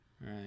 right